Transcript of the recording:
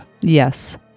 yes